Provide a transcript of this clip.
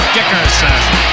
Dickerson